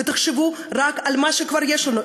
ותחשבו רק על מה שכבר יש לנו,